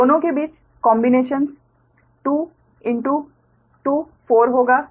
तो दोनों के बीच कोंबिनेशंस 2 गुणित 2 4 होगा